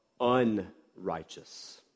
unrighteous